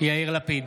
יאיר לפיד,